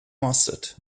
mustard